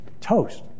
toast